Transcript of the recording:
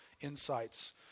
insights